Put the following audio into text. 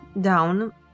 down